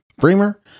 Bremer